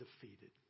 defeated